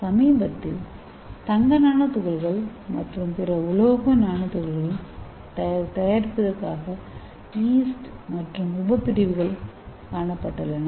சமீபத்தில் தங்க நானோதுகள்கள் மற்றும் பிற உலோக நானோதுகள்கள் தயாரிப்பதற்காக ஈஸ்ட் மற்றும் உபபிரிவுகள் காணப்பட்டுள்ளன